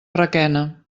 requena